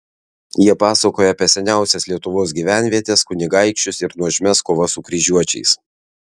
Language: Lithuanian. jie pasakoja apie seniausias lietuvos gyvenvietes kunigaikščius ir nuožmias kovas su kryžiuočiais